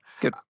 good